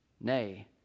Nay